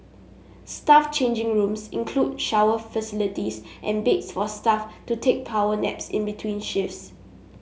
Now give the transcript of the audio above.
staff changing rooms include shower facilities and beds for staff to take power naps in between shifts